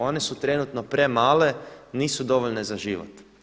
One su trenutno premale, nisu dovoljne za život.